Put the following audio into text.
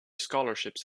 scholarships